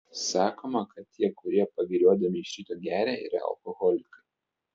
sakoma kad tie kurie pagiriodami iš ryto geria yra alkoholikai